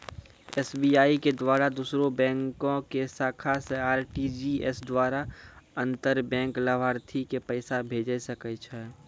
SBI के द्वारा दोसरो बैंको के शाखा से आर.टी.जी.एस द्वारा अंतर बैंक लाभार्थी के पैसा भेजै सकै छै